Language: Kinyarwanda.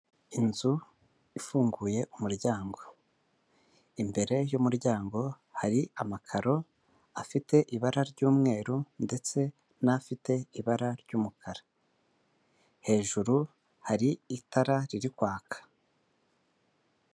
Inzu ifunguye umuryango imbere y'umuryango hari amakaro afite ibara ry'umweru ndetse n'afite ibara ry'umukara hejuru hari itara riri kwaka.